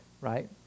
right